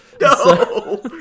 no